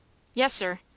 yes, sir.